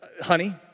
Honey